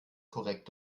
korrekt